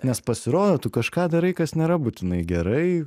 nes pasirodo tu kažką darai kas nėra būtinai gerai